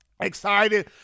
excited